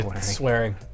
swearing